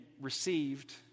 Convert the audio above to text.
received